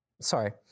sorry